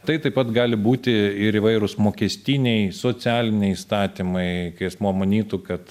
tai taip pat gali būti ir įvairūs mokestiniai socialiniai įstatymai kai asmuo manytų kad